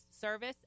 service